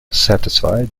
satisfied